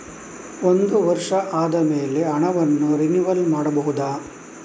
ಒಂದು ವರ್ಷ ಆದಮೇಲೆ ಹಣವನ್ನು ರಿನಿವಲ್ ಮಾಡಬಹುದ?